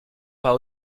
pas